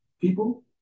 people